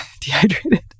dehydrated